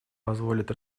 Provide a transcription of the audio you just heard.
позволит